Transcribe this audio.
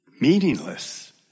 meaningless